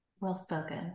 Well-spoken